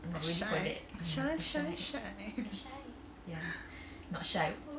shy shy shy shy shy